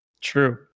True